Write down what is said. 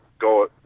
go